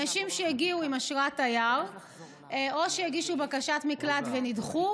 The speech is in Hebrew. אנשים שהגיעו עם אשרת תייר או שהגישו בקשת מקלט ונדחו,